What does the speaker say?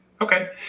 Okay